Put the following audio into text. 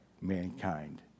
mankind